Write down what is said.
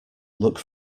look